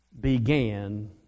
began